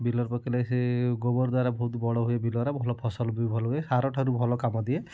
ବିଲରେ ପକେଇଲେ ସେ ଗୋବର ଦ୍ଵାରା ବହୁତ ବଡ଼ହୁଏ ବିଲର ଭଲ ଫସଲ ବି ଭଲ ହୁଏ ସାର ଠାରୁ ଭଲ କାମଦିଏ